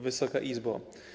Wysoka Izbo!